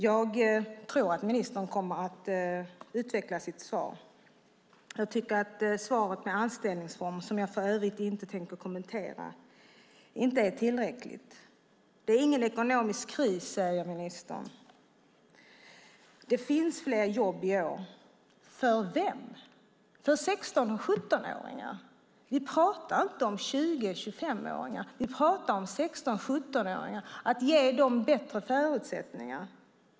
Jag tror att ministern kommer att utveckla sitt svar. Det som sägs i svaret om en särskild anställningsform, som jag för övrigt inte tänker kommentera, är inte tillräckligt. Ministern säger att det inte är någon ekonomisk kris och att det finns fler jobb i år. För vem finns det? Är det för 16-17-åringar? Vi talar inte om 20-25-åringar, utan vi talar om 16-17-åringar och om att ge dem bättre förutsättningar.